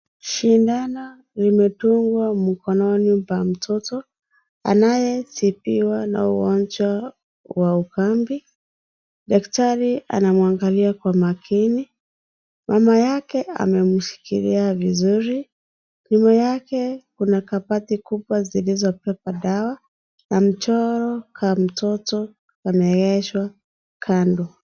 Sindano Limefungwa mkoipa mtoto anaye tibiwa na ugongwa wa ukumbi. Daktari anamwagalia kwa makini. Mama yake amemshilkiia vizuri. Nyuma yake Kuna kabati kubwa zilizo beba dawa na mchoro ka mtoto kameegeshwa kando.